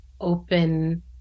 open